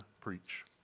preach